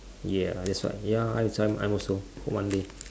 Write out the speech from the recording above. ya that's why ya I als~ I'm I'm also one day